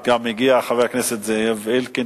וגם הגיע חבר הכנסת זאב אלקין,